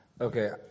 Okay